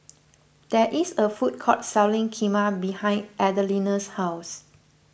there is a food court selling Kheema behind Adelina's house